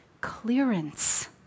clearance